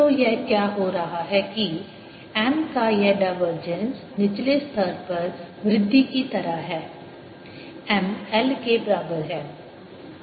तो यह क्या हो रहा है कि M का यह डायवर्जेंस निचले स्तर पर वृद्धि की तरह है M L के बराबर है